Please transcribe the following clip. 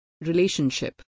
Relationship